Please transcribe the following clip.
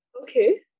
Okay